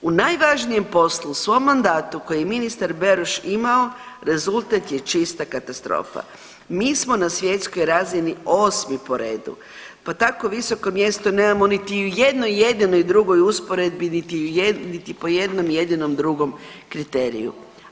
U najvažnijem poslu svom mandatu koji je ministar Beroš imao rezultat je čista katastrofa, mi smo na svjetskoj razini 8. po redu, pa tako visoko mjesto nemamo niti u jednoj jedinoj drugoj usporedbi niti po jednom jedinom drugom kriteriju.